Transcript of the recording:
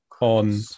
on